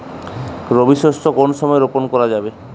রবি শস্য কোন সময় রোপন করা যাবে?